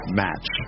match